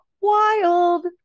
wild